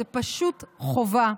זה פשוט חובה.